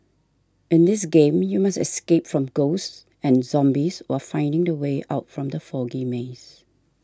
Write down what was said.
in this game you must escape from ghosts and zombies while finding the way out from the foggy maze